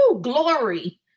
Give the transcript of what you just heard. glory